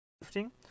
lifting